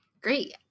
Great